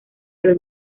del